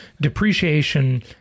depreciation